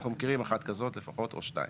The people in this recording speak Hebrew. אנחנו מכירים אחת כזאת לפחות, או שתיים.